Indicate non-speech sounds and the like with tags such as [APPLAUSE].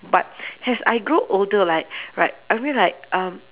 but [BREATH] as I grow older like right I mean like um